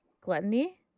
Gluttony